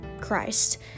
Christ